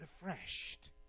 refreshed